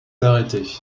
arrêtée